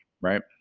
right